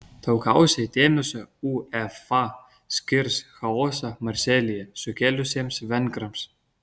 daugiausiai dėmesio uefa skirs chaosą marselyje sukėlusiems vengrams